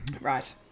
Right